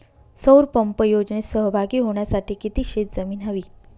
सौर पंप योजनेत सहभागी होण्यासाठी किती शेत जमीन हवी?